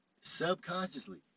subconsciously